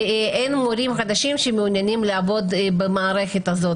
ואין מורים חדשים שמעוניינים לעבוד במערכת הזאת.